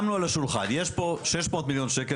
שמנו על השולחן שיש פה 600 מיליון שקלים